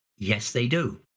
yes they do.